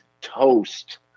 toast